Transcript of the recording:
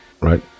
Right